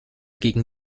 gegen